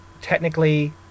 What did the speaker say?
technically